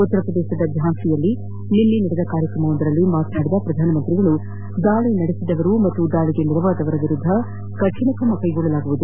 ಉತ್ತರ ಪ್ರದೇಶದ ಝಾನ್ಲಿಯಲ್ಲಿ ನಿನ್ನೆ ಕಾರ್ಯಕ್ರಮವೊಂದರಲ್ಲಿ ಮಾತನಾಡಿದ ಪ್ರಧಾನ ಮಂತ್ರಿ ನರೇಂದ್ರ ಮೋದಿ ದಾಳಿ ನಡೆಸಿದವರು ಹಾಗೂ ದಾಳಿಗೆ ನೆರವಾದವರ ವಿರುದ್ಧ ಕಠಿಣ ಕ್ರಮ ಜರುಗಿಸಲಾಗುವುದು